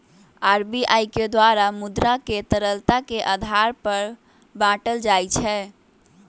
RBI द्वारा मुद्रा के तरलता के आधार पर बाटल जाइ छै